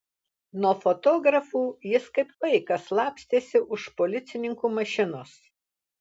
nuo fotografų jis kaip vaikas slapstėsi už policininkų mašinos